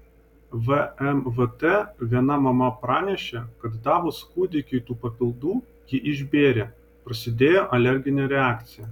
vmvt viena mama pranešė kad davus kūdikiui tų papildų jį išbėrė prasidėjo alerginė reakcija